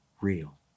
real